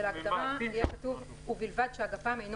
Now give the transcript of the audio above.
של ההגדרה יהיה כתוב: "ובלבד שהגפ"מ אינו